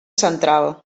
central